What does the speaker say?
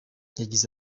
yagize